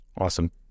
Awesome